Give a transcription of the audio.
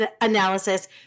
analysis